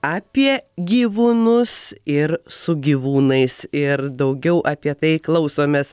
apie gyvūnus ir su gyvūnais ir daugiau apie tai klausomės